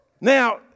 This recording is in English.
Now